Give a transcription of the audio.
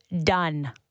done